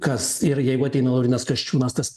kas ir jeigu ateina laurynas kasčiūnas tas